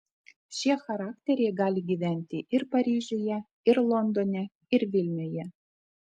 šie charakteriai gali gyventi ir paryžiuje ir londone ir vilniuje